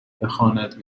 بخواند